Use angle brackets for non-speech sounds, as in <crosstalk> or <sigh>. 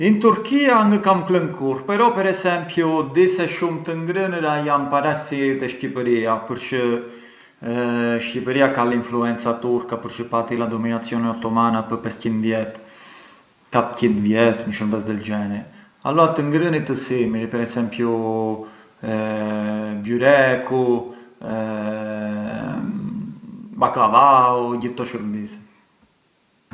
In Turchia ngë kam klënë kurrë, però per esempiu di se shumë të ngrënëra jan paraç si te Shqipëria, përçë Shqipëria ka l’influenza turca përçë pati la dominazione ottomana pë’ pes qindë vjet, katër qindë vjet një shurbes del generi, allura të ngrënit ë simili, per esempiu byreku, <hesitation> baklavau e gjithë këto shurbise.